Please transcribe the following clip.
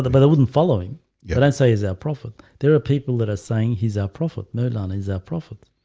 but but i wasn't following you. yeah don't say is that prophet? there are people that are saying he's our prophet merlin is our prophet